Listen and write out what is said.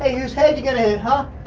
who's head you gonna hit, and